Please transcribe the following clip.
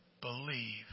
Believe